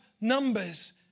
numbers